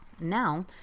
Now